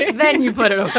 then you put it